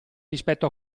rispetto